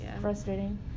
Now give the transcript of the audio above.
frustrating